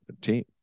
team